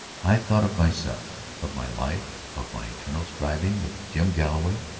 i thought of myself, of my life, of my eternal striving with jim galloway.